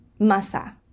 masa